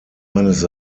eines